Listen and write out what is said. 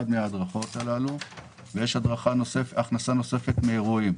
הכנסה מן ההדרכות, והכנסה נוספת מאירועים.